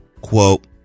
Quote